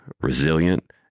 resilient